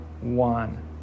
one